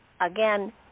Again